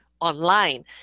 online